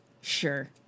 Sure